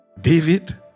David